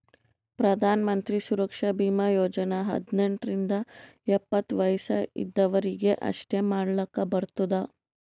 ಪ್ರಧಾನ್ ಮಂತ್ರಿ ಸುರಕ್ಷಾ ಭೀಮಾ ಯೋಜನಾ ಹದ್ನೆಂಟ್ ರಿಂದ ಎಪ್ಪತ್ತ ವಯಸ್ ಇದ್ದವರೀಗಿ ಅಷ್ಟೇ ಮಾಡ್ಲಾಕ್ ಬರ್ತುದ